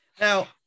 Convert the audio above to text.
Now